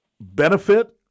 benefit –